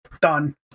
Done